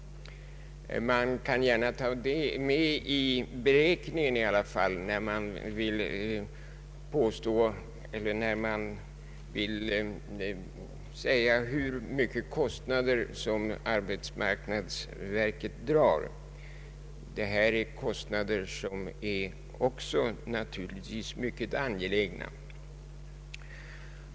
Man bör ta med detta i beräkningen, när man anger hur stora kostnader arbetsmarknadsverket drar. Det är kostnader som naturligtvis också är mycket angelägna.